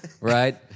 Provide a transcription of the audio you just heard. right